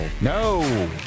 No